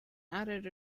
added